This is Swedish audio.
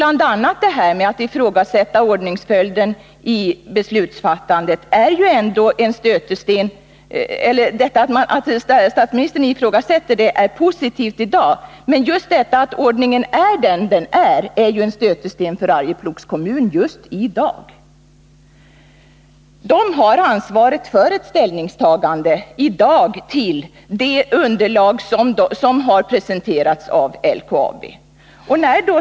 Att statsministern ifrågasätter ordningsföljden i beslutsfattandet är positivt, men den nuvarande beslutsordningen är ju en stötesten för Arjeplogs kommun just nu. Kommunen har ansvaret för ett ställningstagande i dag till det underlag som har presenterats av LKAB.